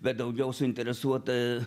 bet daugiau suinteresuota